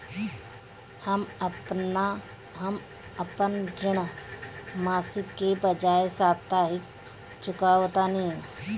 हम अपन ऋण मासिक के बजाय साप्ताहिक चुकावतानी